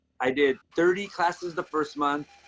i did thirty classes the first month,